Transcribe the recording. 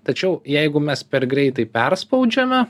tačiau jeigu mes per greitai perspaudžiame